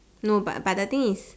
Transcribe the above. no but but the thing is